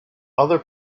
other